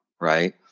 right